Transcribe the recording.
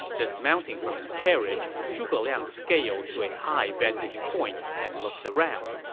dismounting from his carriage, zhuge liang scaled to a high vantage point and looked around.